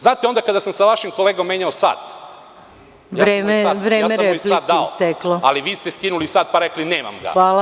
Znate, onda kada sam sa vašim kolegom menjao sat, ja sam mu sat dao, ali vi ste skinuli sat pa rekli – nemam ga.